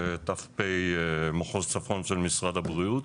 ת"פ מחוז צפון של משרד הבריאות.